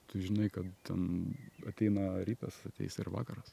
tu žinai kad ten ateina rytas ateis ir vakaras